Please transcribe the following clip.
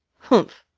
humph!